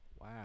Wow